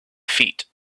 feet